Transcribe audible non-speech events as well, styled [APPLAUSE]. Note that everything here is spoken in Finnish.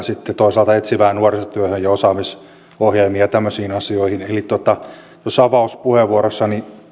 [UNINTELLIGIBLE] sitten toisaalta etsivään nuorisotyöhön ja osaamisohjelmiin ja tämmöisiin asioihin eli avauspuheenvuorossani